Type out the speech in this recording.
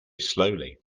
slowly